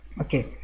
Okay